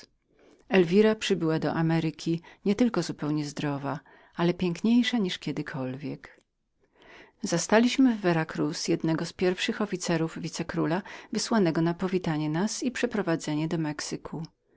elwira przybyła do ameryki nie tylko zupełnie zdrową ale piękniejszą niż kiedykolwiek zastaliśmy w vera cruz jednego z pierwszych oficerów wice króla wysłanego na powitanie nas i przeprowadzenie do mexyku